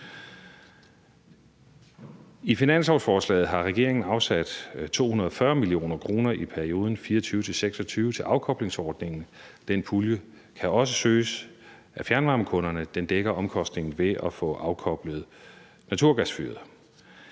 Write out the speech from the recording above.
I finanslovsforslaget har regeringen afsat 240 mio. kr. i perioden 2024-2026 til afkoblingsordningen. Den pulje kan også søges af fjernvarmekunderne. Den dækker omkostningen ved at få afkoblet naturgasfyret.